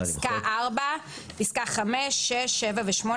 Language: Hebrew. פסקאות 5, 6, 7 ו-8,